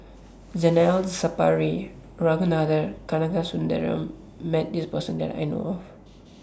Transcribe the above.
Zainal Sapari and Ragunathar Kanagasuntheram has Met This Person that I know of